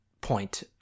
point